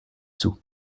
sous